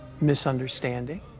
misunderstanding